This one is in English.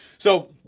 so,